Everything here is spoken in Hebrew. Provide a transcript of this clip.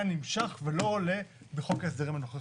נמשך ולא עולה בחוק ההסדרים הנוכחי.